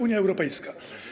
Unia Europejska.